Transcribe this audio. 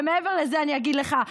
ומעבר לזה אני אגיד לך,